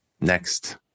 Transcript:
Next